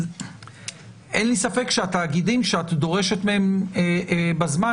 אין לי ספק שהתאגידים שאת דורשת מהם בזמן